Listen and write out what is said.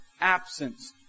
absence